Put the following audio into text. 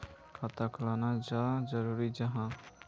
खाता खोलना चाँ जरुरी जाहा?